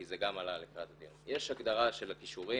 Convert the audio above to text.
כי זה גם עלה לקראת הדיון יש הגדרה של הכישורים,